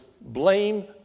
blame